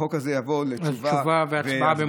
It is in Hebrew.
החוק הזה יעבור לתשובה והצבעה.